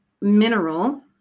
mineral